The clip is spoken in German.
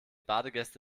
badegäste